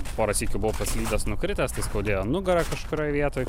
pora sykių buvau paslydęs nukritęs tai skaudėjo nugarą kažkurioj vietoj